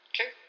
Okay